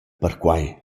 perquai